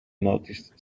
noticed